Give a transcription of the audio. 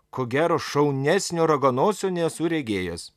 ko gero šaunesnio raganosio nesu regėjęs